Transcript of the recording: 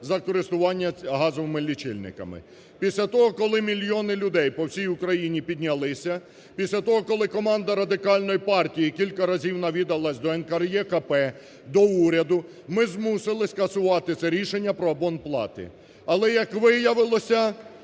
за користування газовими лічильниками. Після того, коли мільйони людей по всій Україні піднялися, після того, коли команда Радикальної партії кілька разів навідалася до НКРЕКП, до уряду, ми змусили скасувати це рішення про абонплати. Але, як виявилося,